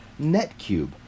Netcube